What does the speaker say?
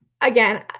again